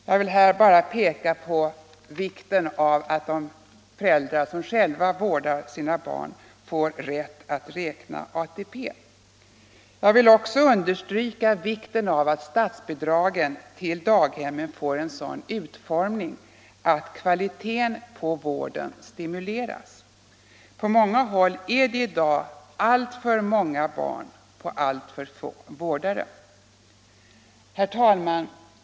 Jag vill här bara peka på vikten av att de föräldrar som själva vårdar sina barn får rätt att räkna ATP. Jag vill också understryka vikten av att statsbidragen till daghemmen får en sådan utformning att kvaliteten på vården stimuleras. På många håll är det i dag alltför många barn på alltför få vårdare. Herr talman!